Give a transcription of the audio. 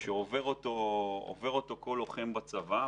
שעובר אותו כל לוחם בצבא.